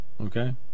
Okay